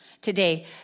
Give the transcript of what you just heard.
today